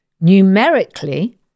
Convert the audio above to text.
Numerically